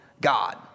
God